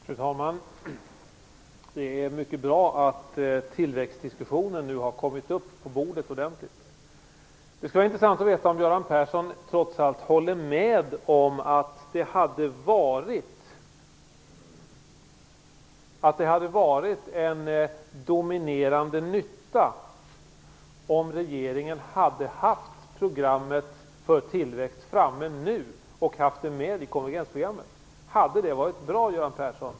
Fru talman! Det är mycket bra att tillväxtdiskussionen nu har kommit upp på bordet. Jag vill ställa en fråga till Göran Persson. Det skulle vara intressant att veta om Göran Persson trots allt håller med om att det hade varit en dominerande nytta om regeringen hade haft programmet för tillväxt framme nu och haft det med i konvergensprogrammet. Hade det varit bra, Göran Persson?